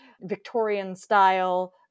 Victorian-style